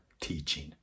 teaching